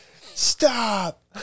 Stop